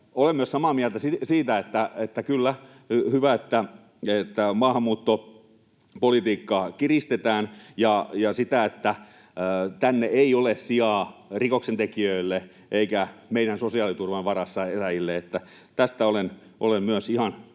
Olen myös samaa mieltä siitä, että kyllä, hyvä, että maahanmuuttopolitiikkaa kiristetään ja että täällä ei ole sijaa rikoksentekijöille eikä meidän sosiaaliturvan varassa eläjille. Tästä olen myös ihan